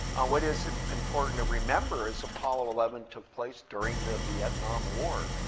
what is important to remember is, apollo eleven took place during the vietnam war.